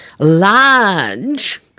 large